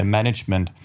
Management